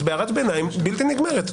את בהערת ביניים בלתי נגמרת.